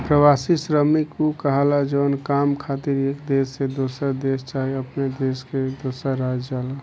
प्रवासी श्रमिक उ कहाला जवन काम खातिर एक देश से दोसर देश चाहे अपने देश में दोसर राज्य जाला